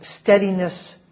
steadiness